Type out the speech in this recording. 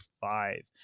five